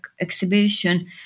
exhibition